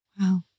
Wow